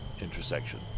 intersection